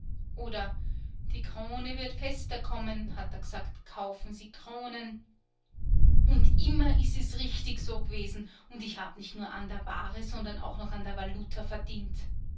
oder die krone wird fester kommen hat er gesagt kaufen sie kronen und immer ist es richtig so gewesen und ich hab nicht nur an der ware sondern auch noch an der valuta verdient